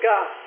God